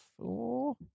four